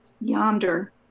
Yonder